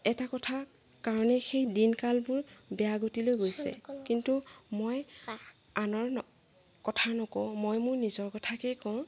এটা কথা কাৰণেই সেই দিন কালবোৰ বেয়া গতিলে গৈছে কিন্তু মই আনৰ ন কথা নকওঁ মই মোৰ নিজৰ কথাকে কওঁ